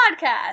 Podcast